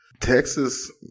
Texas